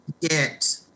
get